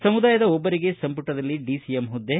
ಸಮುದಾಯದ ಒಬ್ಬರಿಗೆ ಸಂಪುಟದಲ್ಲಿ ಡಿಸಿಎಂ ಹುದ್ದೆ